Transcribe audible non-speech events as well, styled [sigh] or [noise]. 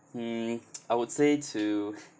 mm [noise] I would say to